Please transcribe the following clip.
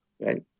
right